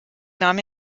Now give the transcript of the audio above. nahm